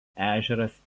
ežeras